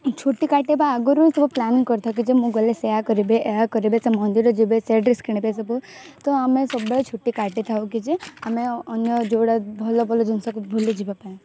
ଛୁଟି କାଟିବା ଆଗୁରୁ ଏ ସବୁ ପ୍ଲାନ କରିଥାଉ କି ଯେ ମୁଁ ଗଲେ ସେଇୟା କରିବେ ଏଇୟା କରିବେ ସେ ମନ୍ଦିର ଯିବେ ସେ ଡ୍ରେସ୍ କିଣିବେ ସବୁ ତ ଆମେ ସବୁବେଳେ ଛୁଟି କାଟିଥାଉ କି ଯେ ଆମେ ଅନ୍ୟ ଯେଉଁଗୁଡ଼ା ଭଲ ଭଲ ଜିନିଷ କୁ ବୁଲିଯିବା ପାଇଁ